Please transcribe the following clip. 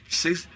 six